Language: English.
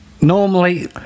Normally